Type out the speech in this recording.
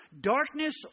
Darkness